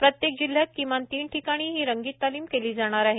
प्रत्येक जिल्ह्यात किमान तीन ठिकाणी ही रंगीत तालीम केली जाणार आहे